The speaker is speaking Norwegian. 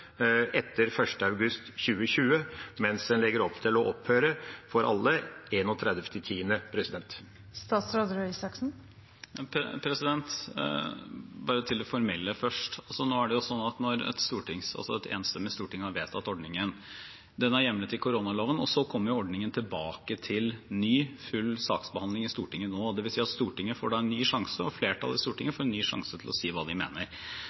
etter 1. august 2020, mens det legges opp til at det skal opphøre for alle 31. oktober? Bare til det formelle først: Et enstemmig storting har vedtatt ordningen, den er hjemlet i koronaloven, og så kommer ordningen tilbake til ny full saksbehandling i Stortinget nå – dvs. at Stortinget får en ny sjanse, og flertallet i Stortinget får en ny sjanse til å si hva de mener.